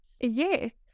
yes